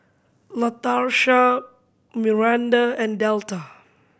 Latarsha Myranda and Delta